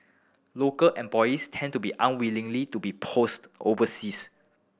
local employees tend to be unwillingly to be post overseas